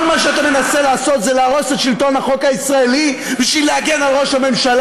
כל אזרחי ישראל מאשרים לך: אל תהיה פה כל יום.